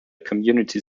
community